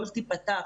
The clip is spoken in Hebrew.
לא תיפתח,